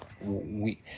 we-